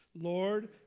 Lord